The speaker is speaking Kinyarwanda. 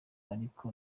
ariko